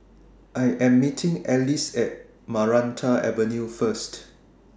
I Am meeting Alcee At Maranta Avenue First